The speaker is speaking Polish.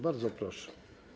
Bardzo proszę.